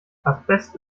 asbest